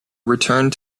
returned